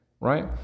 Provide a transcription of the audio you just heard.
right